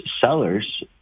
sellers